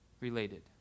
related